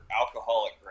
alcoholic